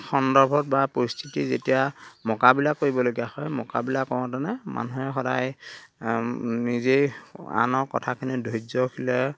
সন্দৰ্ভত বা পৰিস্থিতি যেতিয়া মোকাবিলা কৰিবলগীয়া হয় মোকাবিলা কৰোঁতেনে মানুহে সদায় নিজেই আনৰ কথাখিনিত ধৈৰ্যশীলেৰে